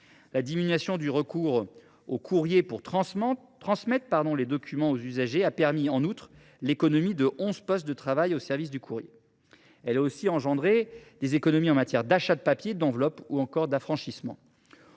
La diminution du recours au courrier pour transmettre les documents aux usagers a permis de dégager onze postes de travail au service du courrier. Elle a aussi engendré des économies pour l’achat de papier et d’enveloppes ainsi que pour l’affranchissement.